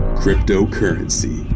cryptocurrency